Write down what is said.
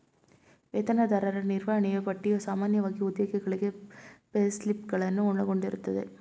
ವೇತನದಾರರ ನಿರ್ವಹಣೆಯೂ ಪಟ್ಟಿಯು ಸಾಮಾನ್ಯವಾಗಿ ಉದ್ಯೋಗಿಗಳಿಗೆ ಪೇಸ್ಲಿಪ್ ಗಳನ್ನು ಒಳಗೊಂಡಿರುತ್ತದೆ